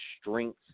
strength